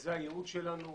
זה הייעוד שלנו.